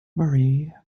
marie